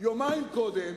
יומיים קודם.